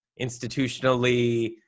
institutionally